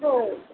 हो